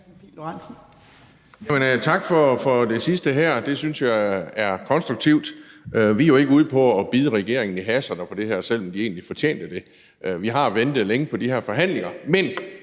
Tak for det sidste. Det synes jeg er konstruktivt. Vi er jo ikke ude på at bide regeringen i haserne på det her punkt, selv om de egentlig fortjener det. Vi har ventet længe på de her forhandlinger.